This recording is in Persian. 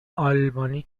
آلبانی